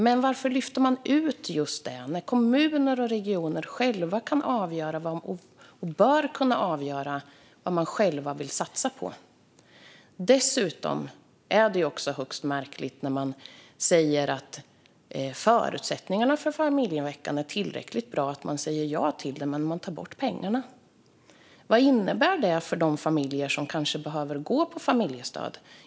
Men varför lyfter man ut just detta när kommuner och regioner själva bör kunna avgöra vad de ska satsa på? Dessutom är det högst märkligt när man säger att förutsättningarna för familjeveckan är tillräckligt bra för att man ska säga ja till den, men man tar bort pengarna. Vad innebär det för de familjer som kanske behöver gå på familjestöd?